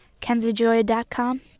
KenzieJoy.com